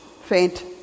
faint